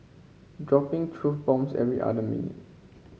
dropping truth bombs every other minute